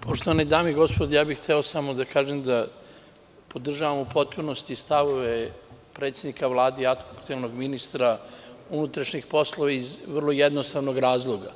Poštovane dame i gospodo ja bih hteo samo da kažem da podržavam u potpunosti stavove predsednika Vlade i aktuelnog ministra unutrašnjih poslova, iz vrlo jednostavnog razloga,